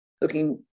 looking